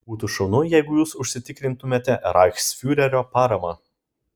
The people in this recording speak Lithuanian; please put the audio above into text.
būtų šaunu jeigu jūs užsitikrintumėte reichsfiurerio paramą